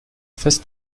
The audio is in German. fest